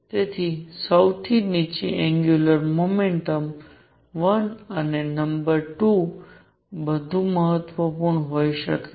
તેથી સૌથી નીચી એંગ્યુલર મોમેન્ટમ 1 અને નંબર 2 વધુ મહત્વપૂર્ણ હોઈ શકે છે